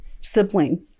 sibling